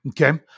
Okay